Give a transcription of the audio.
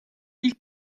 ilk